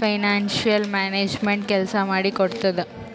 financial management ಕೆಲ್ಸ ಮಾಡಿ ಕೊಡ್ತುದ್